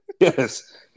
Yes